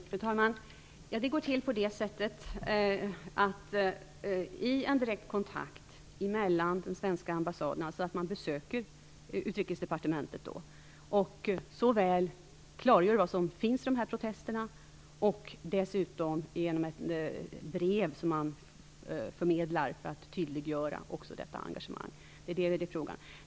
Fru talman! Det går till på det sättet att man tar direkt kontakt från den svenska ambassaden och besöker utrikesdepartementet. Man klargör vad som finns i de här protesterna och förmedlar dessutom ett brev för att tydliggöra detta engagemang. Det är vad det är fråga om.